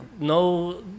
no